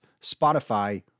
Spotify